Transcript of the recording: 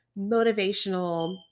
motivational